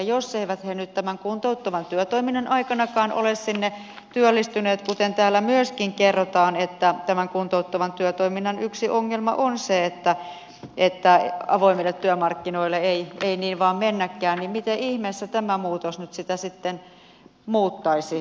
jos he eivät nyt tämän kuntouttavan työtoiminnan aikanakaan ole sinne työllistyneet kuten täällä myöskin kerrotaan että tämän kuntouttavan työtoiminnan yksi ongelma on se että avoimille työmarkkinoille ei niin vain mennäkään niin miten ihmeessä tämä muutos nyt sitä sitten muuttaisi